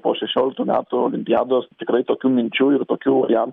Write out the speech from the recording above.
po šešioliktų metų olimpiados tikrai tokių minčių ir tokių jam